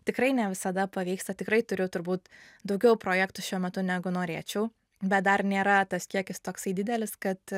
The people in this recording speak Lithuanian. tikrai ne visada pavyksta tikrai turiu turbūt daugiau projektų šiuo metu negu norėčiau bet dar nėra tas kiekis toksai didelis kad